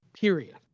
period